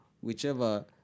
whichever